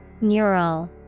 Neural